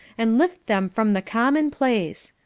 and lift them from the commonplace.